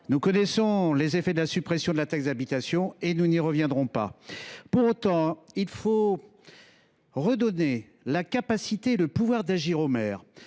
Nous connaissons les effets de la suppression de la taxe d’habitation ; nous n’y reviendrons pas. Pour autant, il faut redonner aux maires le pouvoir et la